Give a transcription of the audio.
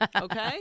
Okay